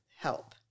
help